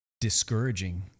discouraging